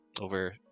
over